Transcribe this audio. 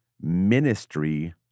ministry